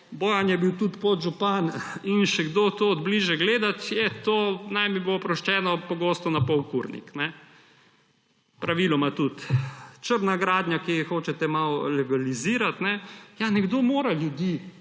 Bojan je bil tudi podžupan in še kdo, to od bližje gledat, je to, naj mi bo oproščeno, pogosto napol kurnik. Praviloma tudi črna gradnja, ki jo hočete malo legalizirati. Nekdo mora ljudi